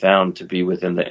found to be within the